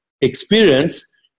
experience